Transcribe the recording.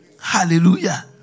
Hallelujah